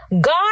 God